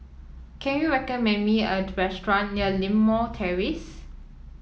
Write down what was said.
can you recommend me restaurant near Limau Terrace